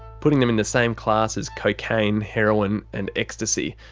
putting them in the same class as cocaine, heroin and ecstasy.